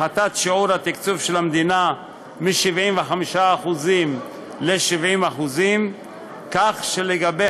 הפחתת שיעור התקצוב של המדינה מ-75% ל-70% כך שלגבי